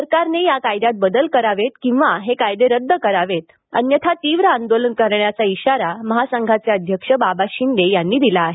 सरकारने या कायद्यात बदल करावेत किंवा ते रद्द करावेत अन्यथा तीव्र आंदोलन करण्याचा इशारा महासंघाचे अध्यक्ष बाबा शिंदे यांनी दिला आहे